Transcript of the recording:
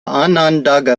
onondaga